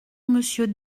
monsieur